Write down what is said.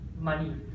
money